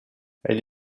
elle